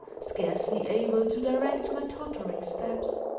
scarcely able to direct my tottering steps.